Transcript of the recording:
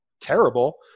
terrible